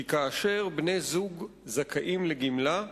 כי כאשר בני-זוג זכאים לגמלה,